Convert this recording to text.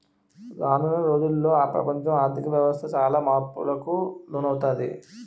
రానున్న రోజుల్లో ప్రపంచ ఆర్ధిక వ్యవస్థ చాలా మార్పులకు లోనవుతాది